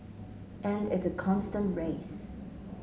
and it's a constant race